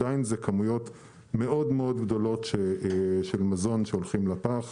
עדיין זה כמויות מאוד מאוד גדולות של מזון שהולך לפח,